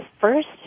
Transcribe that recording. first